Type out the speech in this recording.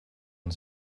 are